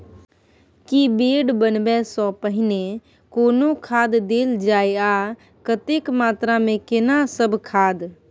की bed बनबै सॅ पहिने कोनो खाद देल जाय आ कतेक मात्रा मे केना सब खाद?